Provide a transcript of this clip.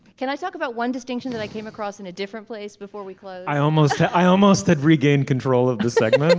can i talk about one distinction that i came across in a different place before we. i almost i almost had regained control of the second.